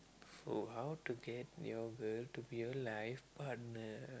so how to get your girl to be a life partner